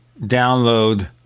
download